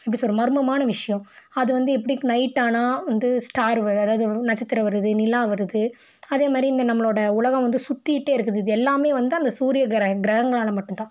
எப்படி சொல்கிறது மர்மமான விஷயம் அது வந்து எப்படி நைட் ஆனால் வந்து ஸ்டார் வருது அதாவது நட்சத்திரம் வருது நிலா வருது அதேமாதிரி இந்த நம்மளோட உலகம் வந்து சுத்திட்டே இருக்குது இது எல்லாம் வந்து அந்த சூரிய கிரக கிரகங்களால் மட்டுந்தான்